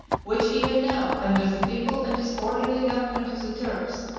which even now, under the feeble and disorderly government of the turks,